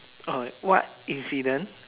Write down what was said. okay what incident